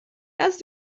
lassen